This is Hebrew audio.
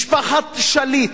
משפחת שליט,